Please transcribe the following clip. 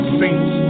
saints